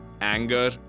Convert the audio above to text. anger